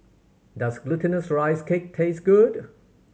does Glutinous Rice Cake taste good